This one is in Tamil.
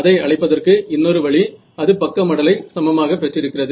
அதை அழைப்பதற்கு இன்னொரு வழி அது பக்க மடலை சமமாக பெற்றிருக்கிறது